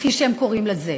כפי שהם קוראים לזה,